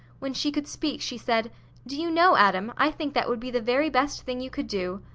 when she could speak she said do you know, adam, i think that would be the very best thing you could do.